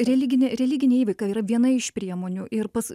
religinė religinė įveika yra viena iš priemonių ir pats